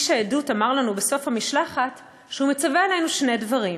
איש העדות אמר לנו בסוף שהוא מצווה עלינו שני דברים: